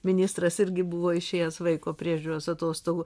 ministras irgi buvo išėjęs vaiko priežiūros atostogų